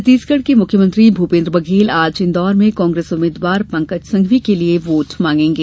छत्तीसगढ़ के मुख्यमंत्री भूपेश बघेल आज इन्दौर में कांग्रेस उम्मीदवार पंकज संघवी के लिये वोट मागेंगे